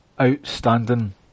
outstanding